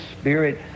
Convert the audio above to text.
Spirit